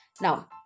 now